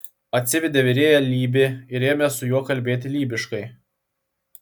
atsivedė virėją lybį ir ėmė su juo kalbėti lybiškai